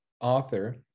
author